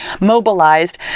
mobilized